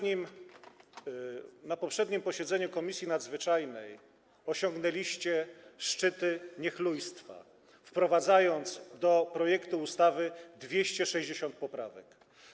Na poprzednim posiedzeniu Komisji Nadzwyczajnej osiągnęliście szczyty niechlujstwa, wprowadzając do projektu ustawy 260 poprawek.